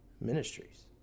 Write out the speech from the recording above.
ministries